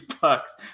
Bucks